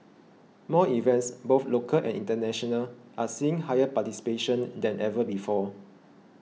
more events both local and international are seeing higher participation than ever before